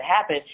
happen